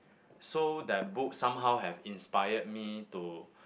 so that book somehow have inspired me to